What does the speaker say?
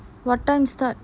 what time start